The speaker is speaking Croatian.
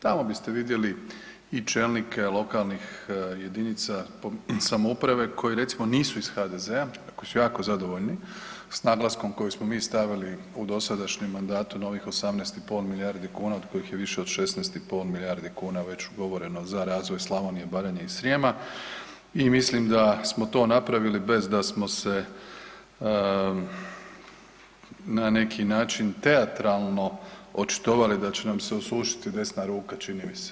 Tamo biste vidjeli i čelnike lokalnih jedinica samouprave koji recimo nisu iz HDZ-a, a koji su jako zadovoljni s naglaskom koji smo mi stavili u dosadašnjem mandatu na ovih 18,5 milijardi kuna od kojih je više od 16,5 milijardi kuna već ugovoreno za razvoj Slavonije, Baranje i Srijema i mislim da smo to napravili bez da smo se na neki način teatralno očitovali da će nam se osušiti desna ruka, čini mi se.